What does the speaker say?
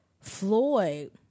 Floyd